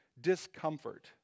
discomfort